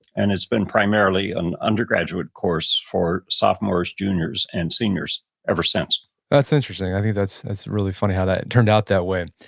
and it's been primarily an undergraduate course for sophomores, juniors, and seniors ever since that's interesting. i think that's really funny how that turned out that way.